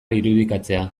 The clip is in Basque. irudikatzea